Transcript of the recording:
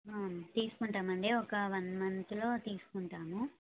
తీసుకుంటామండి ఒక వన్ మంత్లో తీసుకుంటాము